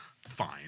Fine